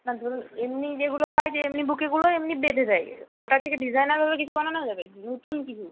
না ধরুন এমনি যেগুলো হয় যে এমনি বুকেগুলো এমনি বেঁধে দেয় ওটা থেকে ডিজাইনারভাবে কিছু বানানো যাবে নতুন কিছু